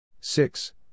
six